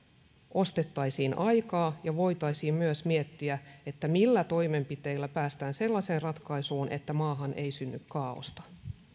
ostettaisiin aikaa ja voitaisiin myös miettiä millä toimenpiteillä päästään sellaiseen ratkaisuun että maahan ei synny kaaosta